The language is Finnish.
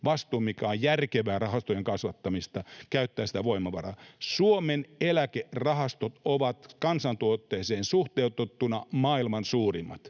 vastuun, mikä on järkevää rahastojen kasvattamista — ja käyttää sitä voimavaraa. Suomen eläkerahastot ovat kansantuotteeseen suhteutettuna maailman suurimmat.